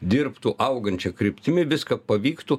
dirbtų augančia kryptimi viską pavyktų